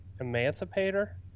Emancipator